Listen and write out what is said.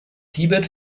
tibet